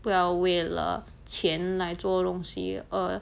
不要为了钱来做东西 err